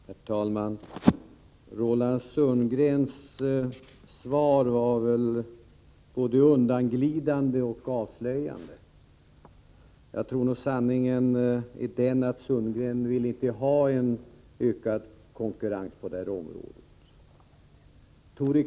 Herr talman! Roland Sundgrens svar var både undanglidande och avslöjande. Jag tror att sanningen är den att Sundgren icke vill ha ökad konkurrens på detta område.